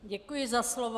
Děkuji za slovo.